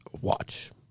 watch